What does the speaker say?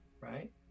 right